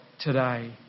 today